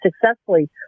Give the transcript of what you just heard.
successfully